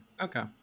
Okay